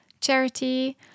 charity